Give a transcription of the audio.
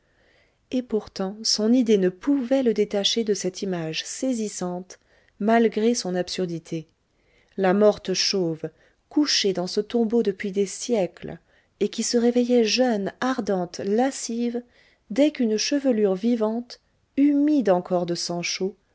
et pourtant son idée ne pouvait le détacher de cette image saisissante malgré son absurdité la morte chauve couchée dans ce tombeau depuis des siècles et qui se réveillait jeune ardente lascive dès qu'une chevelure vivante humide encore de sang